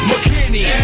McKinney